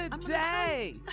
Today